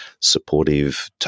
supportive